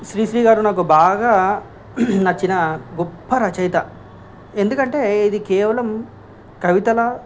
శ్రీశ్రీ గారు నాకు బాగా నచ్చిన గొప్ప రచయిత ఎందుకంటే ఇది కేవలం కవితల